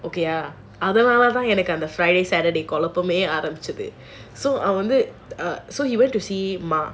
okay ah அதுனால தான் எனக்கு குழப்பமே ஆரம்பிச்சுது:adhunaalathaan enakku kolappamae arambichuthu so he want to see mum